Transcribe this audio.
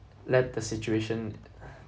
let the situation